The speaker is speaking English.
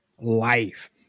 life